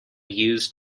used